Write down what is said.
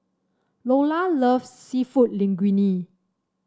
Loula loves seafood Linguine